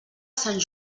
sant